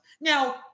now